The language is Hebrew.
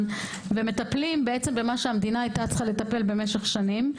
ומטפלים במה שהמדינה היתה צריכה לטפל משך שנים.